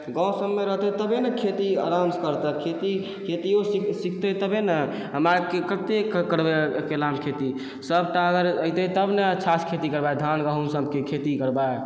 गाँव सबमे रहतै तबे ने खेती आरामसँ करतै खेती खेतिओ सिखतै तबे ने हमरा आओरके कते करबै अकेलामे खेती सबटा अगर ऐतै तब ने अच्छासँ खेती करबै धान गहूँम सबके खेती करबै